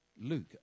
Luke